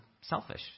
selfish